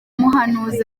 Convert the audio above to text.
muhanuzi